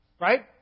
right